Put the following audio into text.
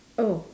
oh